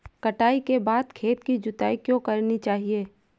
कटाई के बाद खेत की जुताई क्यो करनी चाहिए?